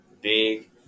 big